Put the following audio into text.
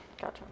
Gotcha